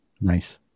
Nice